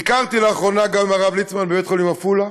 ביקרתי לאחרונה עם הרב ליצמן בבית-חולים עפולה,